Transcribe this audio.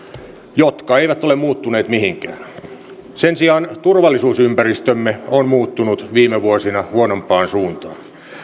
jotka eivät ole muuttuneet mihinkään sen sijaan turvallisuusympäristömme on muuttunut viime vuosina huonompaan suuntaan